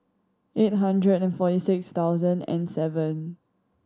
eight hundred and forty six thousand and seven